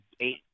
eight